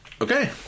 Okay